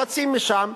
לחצים משם.